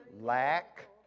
lack